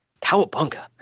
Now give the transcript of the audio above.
Cowabunga